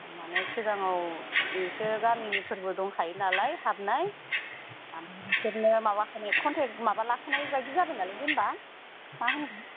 माने सिगांआव एसे गामिनिफोरबो दंखायो नालाय हाबनाय बिसोरनो माबाखानाय कन्टेक्ट माबा लाखानाय बायदि जाबाय नालाय जेनबा मा होनगोन